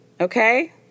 Okay